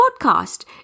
podcast